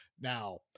Now